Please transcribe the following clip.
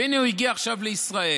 והינה, הוא הגיע עכשיו לישראל.